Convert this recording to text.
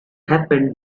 happened